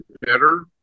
better